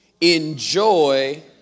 Enjoy